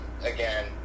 again